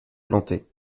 plantées